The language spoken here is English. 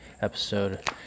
Episode